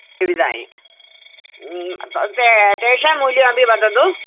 विविधानि तेषां मूल्यमपि वदतु